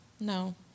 No